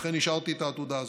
לכן השארתי את העתודה הזאת.